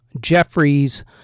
Jeffries